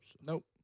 Nope